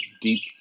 deep